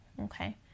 Okay